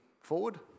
forward